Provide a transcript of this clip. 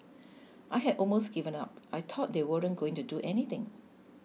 I had almost given up I thought they weren't going to do anything